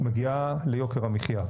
מגיעה ליוקר המחייה,